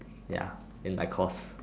ya in my course